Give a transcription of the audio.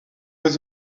pas